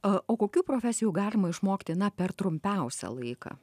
o kokių profesijų galima išmokti na per trumpiausią laiką